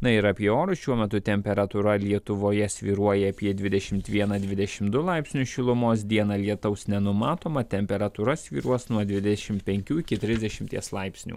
na ir apie orus šiuo metu temperatūra lietuvoje svyruoja apie dvidešimt vieną dvidešimt du laipsnius šilumos dieną lietaus nenumatoma temperatūra svyruos nuo dvidešimt penkių iki trisdešimties laipsnių